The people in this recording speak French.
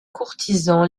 courtisans